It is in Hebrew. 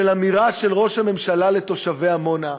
של אמירה של ראש הממשלה לתושבי עמונה,